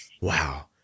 Wow